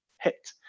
hit